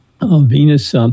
Venus